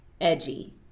edgy